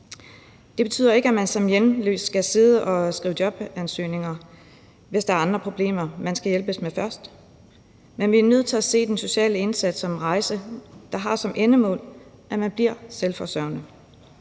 Det betyder ikke, at man som hjemløs skal sidde og skrive jobansøgninger, hvis der er andre problemer, man skal hjælpes med først, men vi er nødt til at se den sociale indsats som en rejse, der har som endemål, at man bliver selvforsørgende.